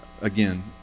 Again